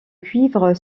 cuivre